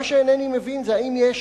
מה שאינני מבין זה, האם יש